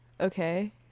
okay